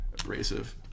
abrasive